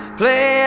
play